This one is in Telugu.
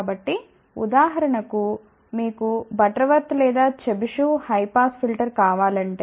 కాబట్టి ఉదాహరణకు మీకు బటర్వర్త్ లేదా చెబిషెవ్ హై పాస్ ఫిల్టర్ కావాలంటే